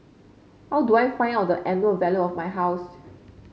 how do I find out the annual value of my house